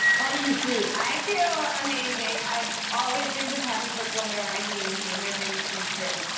how do you feel? i feel amazing. i've always dreamed of having purple hair and he made my dreams come true.